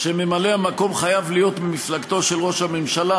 שממלא המקום חייב להיות ממפלגתו של ראש הממשלה.